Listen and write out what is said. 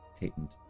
patent